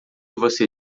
você